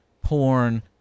porn